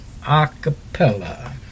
Acapella